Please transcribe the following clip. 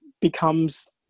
becomes